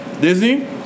Disney